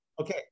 Okay